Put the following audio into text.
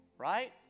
Right